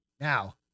Now